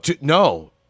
no